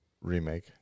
remake